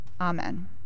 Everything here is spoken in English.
Amen